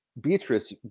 Beatrice